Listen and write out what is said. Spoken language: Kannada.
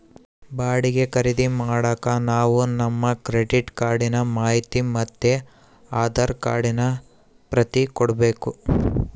ಬಾಡಿಗೆ ಖರೀದಿ ಮಾಡಾಕ ನಾವು ನಮ್ ಕ್ರೆಡಿಟ್ ಕಾರ್ಡಿನ ಮಾಹಿತಿ ಮತ್ತೆ ಆಧಾರ್ ಕಾರ್ಡಿನ ಪ್ರತಿ ಕೊಡ್ಬಕು